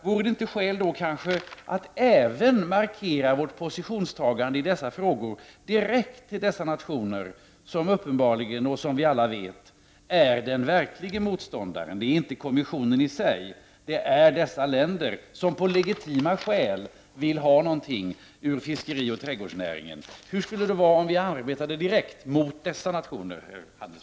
Vore det inte skäl att även markera vårt positionstagande i dessa frågor direkt till dessa nationer vilka, som vi alla vet, är de verkliga motståndarna? Det är inte kommissionen i sig, utan det är dessa länder som med legitima skäl vill ha något ur fiskerioch trädgårdsnäringen. Hur skulle det vara om vi arbetade direkt mot dessa nationer, fru handelsminister?